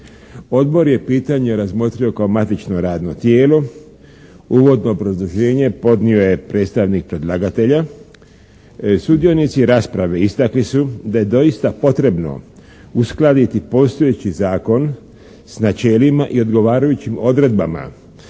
Odbor je pitanje razmotrio kao matično radno tijelo. Uvodno obrazloženje podnio je predstavnik predlagatelja. Sudionici rasprave istakli su da je doista potrebno uskladiti postojeći zakon s načelima i odgovarajućim odredbama